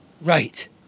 Right